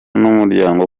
n’umuryango